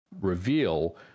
reveal